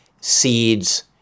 Seeds